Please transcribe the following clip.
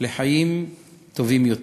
לחיים טובים יותר.